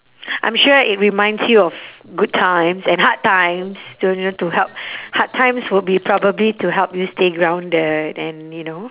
I'm sure it reminds you of good times and hard times to help hard times would be probably to help you to stay grounded and you know